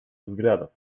взглядов